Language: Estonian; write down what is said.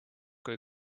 kui